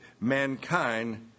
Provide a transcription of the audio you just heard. mankind